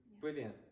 Brilliant